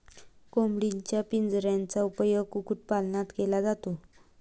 कोंबडीच्या पिंजऱ्याचा उपयोग कुक्कुटपालनात केला जातो